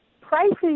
Prices